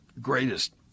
greatest